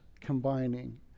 combining